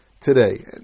today